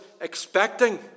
expecting